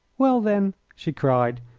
well, then, she cried,